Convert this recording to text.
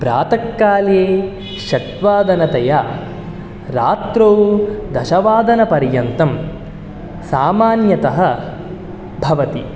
प्रातःकाले षड् वादनतया रात्रौ दशवादनपर्यन्तं सामान्यतः भवति